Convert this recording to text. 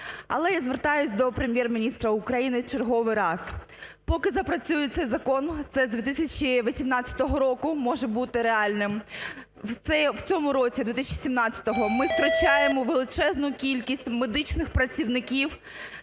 Але я звертаюсь до Прем'єр-міністра України в черговий раз. Поки запрацює цей закон, це з 2018 року може бути реальним, в цьому році 2017 ми втрачаємо величезну кількість медичних працівників,